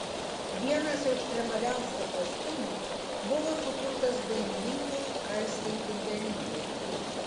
vienas ekstremaliausių kostiumų buvo sukurtas dainininkei aistei pilvelytei